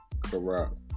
Correct